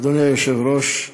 אדוני היושב-ראש,